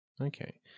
Okay